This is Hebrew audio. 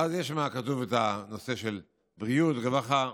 ואז כתוב שם הנושא של בריאות ורווחה.